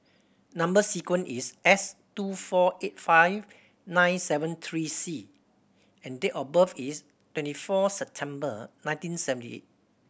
number sequence is S two four eight five nine seven three C and date of birth is twenty four September nineteen seventy eight